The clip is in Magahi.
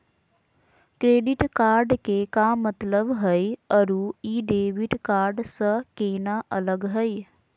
क्रेडिट कार्ड के का मतलब हई अरू ई डेबिट कार्ड स केना अलग हई?